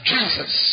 Jesus